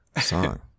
song